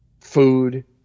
food